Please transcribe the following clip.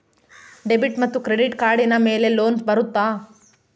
Debit ಮತ್ತು credit ಕಾರ್ಡಿನ ಮೇಲೆ ಲೋನ್ ಬರುತ್ತಾ?